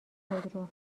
خودرو